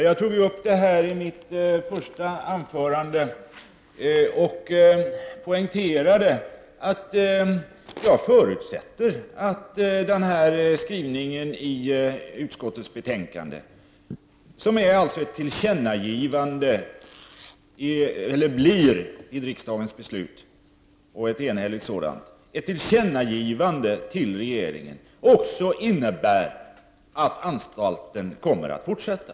Jag tog upp frågan om gamla anstalten i Kristianstad i mitt första anförande och poängterade att jag förutsätter att skrivningen i utskottets betänkande, som alltså i riksdagens beslut blir ett tillkännagivande — och ett enhälligt sådant — till regeringen, också innebär att anstalten kommer att fortsätta.